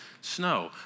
snow